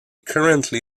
currently